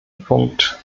punkt